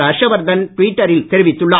ஹர்ஷவர்தன் ட்விட்டரில் தெரிவித்துள்ளார்